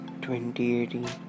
2018